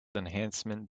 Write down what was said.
enhancement